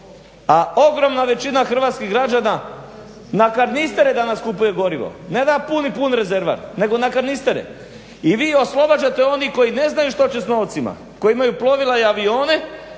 a ogromna većina hrvatskih građana na kanistre danas kupuje gorivo, ne da puni pun rezervoar, nego na kanirestere. I vi oslobađate one koji ne znaju što će s novcima koji imaju plovila i avione